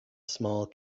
small